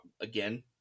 again